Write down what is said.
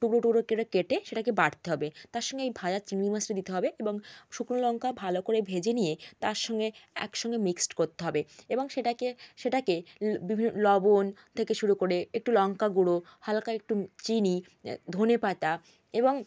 টুকরো টুকরো করে কেটে সেটাকে বাটতে হবে তার সঙ্গে এই ভাজা চিংড়ি মাছটা দিতে হবে এবং শুকনো লঙ্কা ভালো করে ভেজে নিয়ে তার সঙ্গে একসঙ্গে মিক্সড করতে হবে এবং সেটাকে সেটাকে সেটাকে লবণ থেকে শুরু করে একটু লঙ্কা গুঁড়ো হালকা একটু চিনি ধনে পাতা এবং